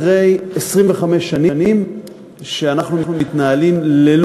אחרי 25 שנים שבהן אנחנו מתנהלים בלי